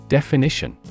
Definition